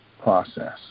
process